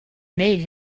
made